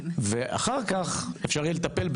אחר כך אפשר יהיה לטפל.